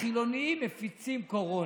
החילונים מפיצים קורונה.